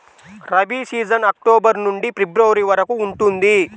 rabi season October నుండి ఫిబ్రవరి వరకు ఉంటుంది